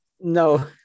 No